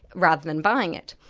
rather than buying it.